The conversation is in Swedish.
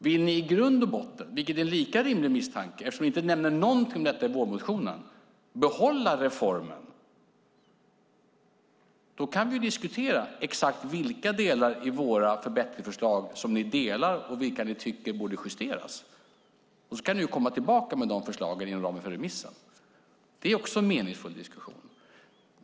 Vill ni i grund och botten, vilket är en lika rimlig misstanke eftersom ni inte nämner någonting om detta i vårmotionen, behålla reformen kan vi diskutera exakt vilka delar i våra förbättringsförslag som ni delar och vilka ni tycker borde justeras. Sedan kan ni komma tillbaka med de förslagen inom ramen för remissen. Det är också en meningsfull diskussion.